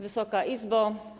Wysoka Izbo!